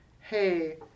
hey